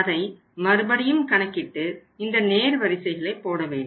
அதை மறுபடியும் கணக்கிட்டு இந்த நேர் வரிசைகளை போடவேண்டும்